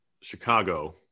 Chicago